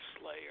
Slayer